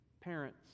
parents